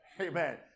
Amen